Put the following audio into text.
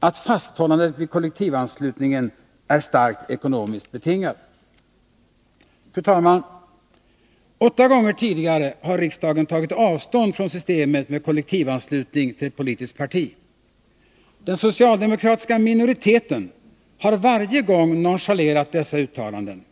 att fasthållandet vid kollektivanslutningen är starkt ekonomiskt betingat. Fru talman! Åtta gånger tidigare har riksdagen bestämt tagit avstånd från systemet med kollektivanslutning till ett politiskt parti. Den socialdemokratiska minoriteten har varje gång nonchalerat dessa uttalanden.